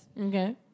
Okay